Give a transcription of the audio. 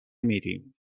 میریم